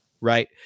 Right